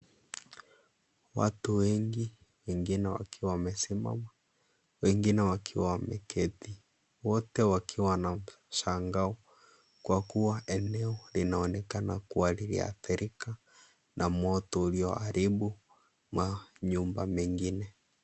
Watu wengi wengine wakiwa wamesimama wengine wakiwa wameketi, wote wakiwa na mshangao kwa kuwa eneo linaonekana kuwa liliathirika na moto ulioharibu manyumba mengine.